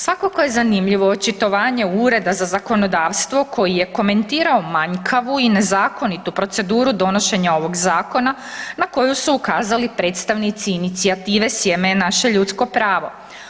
Svakako je zanimljivo očitovanje Ureda za zakonodavstvo koji je komentirao manjkavu i nezakonitu proceduru donošenja ovog zakona na koju su ukazali predstavnici inicijative „Sjeme - naše ljudsko pravo“